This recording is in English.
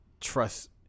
trust